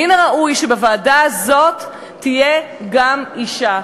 ומן הראוי שבוועדה הזאת תהיה גם אישה.